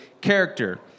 character